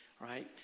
right